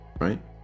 Right